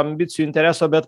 ambicijų intereso bet